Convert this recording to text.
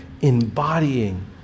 embodying